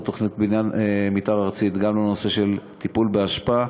תוכנית מתאר ארצית גם לנושא של טיפול באשפה,